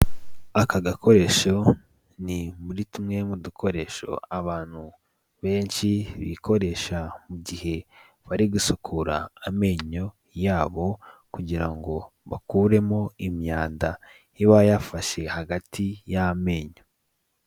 Aka gakoresho ni muri tumwe mu dukoresho abantu benshi bikoresha mu gihe bari gusukura amenyo yabo, kugira ngo bakuremo imyanda ibayafashe hagati y'amenyo.